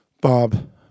Bob